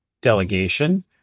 delegation